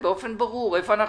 לא נרפה ממנו.